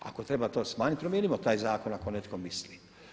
Ako treba to smanjiti promijenimo taj zakon ako netko misli.